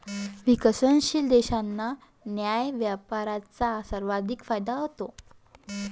विकसनशील देशांना न्याय्य व्यापाराचा सर्वाधिक फायदा होतो